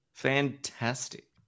Fantastic